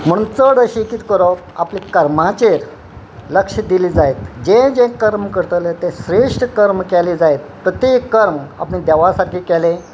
म्हण चड अशे किद करप आपले कर्माचेर लक्ष दिले जायत जे जे कर्म करतले ते श्रेश्ठ कर्म केले जायत प्रत्येक कर्म आपले देवा केले